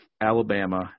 Alabama